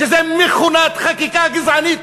שזו מכונת חקיקה גזענית,